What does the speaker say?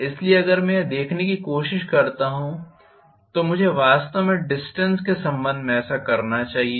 इसलिए अगर मैं यह देखने की कोशिश करता हूं तोमुझे वास्तव में डिस्टेन्स के संबंध में ऐसा करना चाहिए